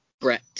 Brett